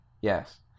Yes